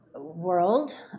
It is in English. world